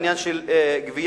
עניין של גבייה,